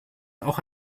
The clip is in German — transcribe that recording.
auch